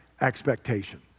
expectation